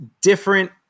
different